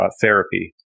therapy